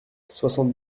soixante